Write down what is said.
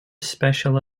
special